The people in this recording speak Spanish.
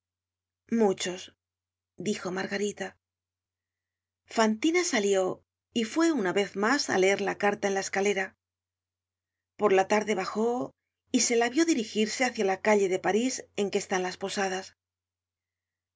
muchos dijo margarita fantina salió y fue una vez mas á leer la carta en la escalera por la tarde bajó y se la vió dirigirse hacia la calle de parís en que están las posadas